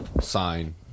sign